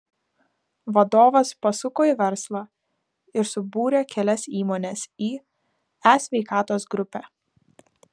vadovas pasuko į verslą ir subūrė kelias įmones į e sveikatos grupę